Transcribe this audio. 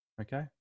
Okay